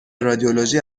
رادیولوژی